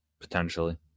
Potentially